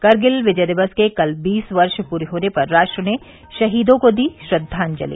करगिल विजय दिवस के कल बीस वर्ष पूरे होने पर राष्ट्र ने शहीदों को दी श्रद्वाजंलि